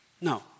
No